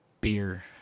beer